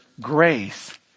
grace